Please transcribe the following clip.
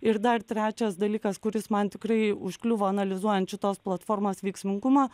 ir dar trečias dalykas kuris man tikrai užkliuvo analizuojant šitos platformos veiksmingumą